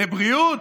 לבריאות?